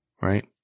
Right